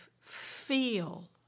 feel